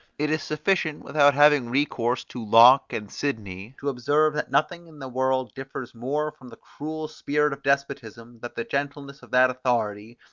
it is sufficient, without having recourse to locke and sidney, to observe that nothing in the world differs more from the cruel spirit of despotism that the gentleness of that authority,